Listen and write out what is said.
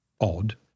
odd